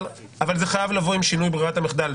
אבל אני חושב שזה חייב לבוא עם שינוי ברירת המחדל.